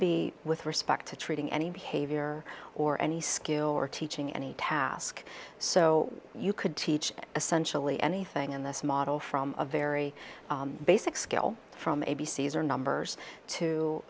be with respect to treating any behavior or any skill or teaching any task so you could teach essentially anything in this model from a very basic skill from a b c s or numbers to